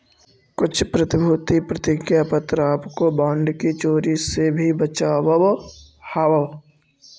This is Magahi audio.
कुछ प्रतिभूति प्रतिज्ञा पत्र आपको बॉन्ड की चोरी से भी बचावअ हवअ